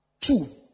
two